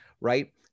right